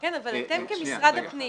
כן, אבל אתם כמשרד הפנים